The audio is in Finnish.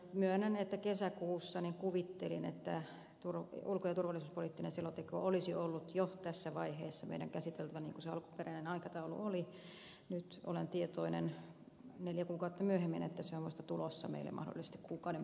myönnän että kesäkuussa kuvittelin että ulko ja turvallisuuspoliittinen selonteko olisi ollut jo tässä vaiheessa meidän käsiteltävänämme niin kuin se alkuperäinen aikataulu oli mutta olen tietoinen neljä kuukautta myöhemmin että se on vasta tulossa meille mahdollisesti kuukauden päästä